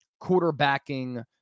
quarterbacking